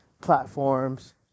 platforms